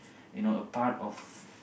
you know a part of